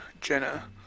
Jenna